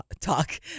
talk